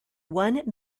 one